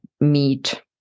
meet